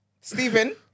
Stephen